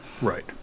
Right